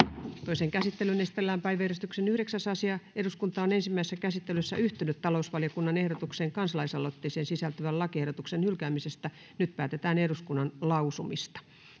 toiseen käsittelyyn esitellään päiväjärjestyksen yhdeksäs asia eduskunta on ensimmäisessä käsittelyssä yhtynyt talousvaliokunnan ehdotukseen kansalaisaloitteeseen sisältyvän lakiehdotuksen hylkäämisestä nyt päätetään eduskunnan lausumista